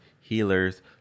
healers